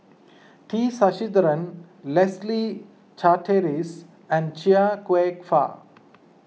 T Sasitharan Leslie Charteris and Chia Kwek Fah